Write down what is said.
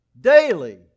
Daily